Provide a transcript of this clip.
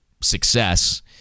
success